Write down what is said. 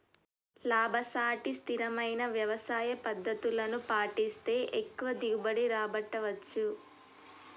లాభసాటి స్థిరమైన వ్యవసాయ పద్దతులను పాటిస్తే ఎక్కువ దిగుబడి రాబట్టవచ్చు